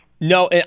No